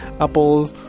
Apple